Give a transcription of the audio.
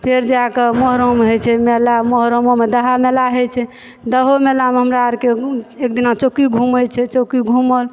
फेर जा कऽ मोहर्रम होइ छै मेला मोहर्रमोमे दहा मेला होइ छै दहो मेलामे हमरा अरके एक दिना चौकी घुमय छै चौकी घुमल